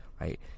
right